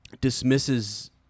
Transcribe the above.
dismisses